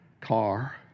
car